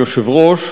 אדוני היושב-ראש,